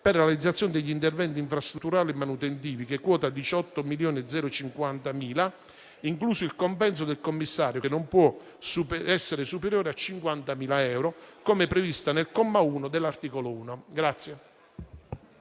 per realizzazione degli interventi infrastrutturali e manutentivi, che ammonta a 18,050 milioni, incluso il compenso del commissario, che non può essere superiore a 50.000 euro, come previsto nel comma 1 dell'articolo 1.